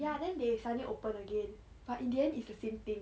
ya then they suddenly open again but in the end it's the same thing